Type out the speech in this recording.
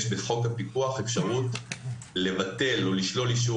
יש בחוק הפיקוח אפשרות לבטל או לשלול אישור